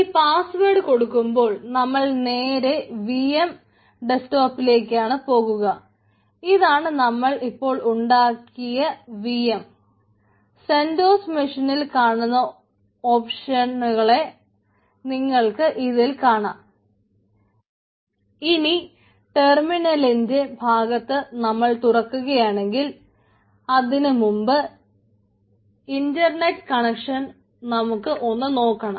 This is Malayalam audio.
ഇനി പാസ്വേഡ് നമുക്ക് ഒന്ന് നോക്കണം